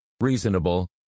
Reasonable